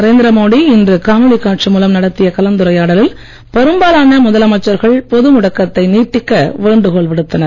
நரேந்திர மோடி இன்று காணொளி காட்சி மூலம் நடத்திய கலந்துரையாடலில் பெரும்பாலான முதலமைச்சர்கள் பொது முடக்கத்தை நீட்டிக்க வேண்டுகோள் விடுத்தன